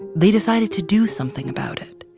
they decided to do something about it.